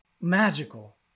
magical